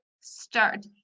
start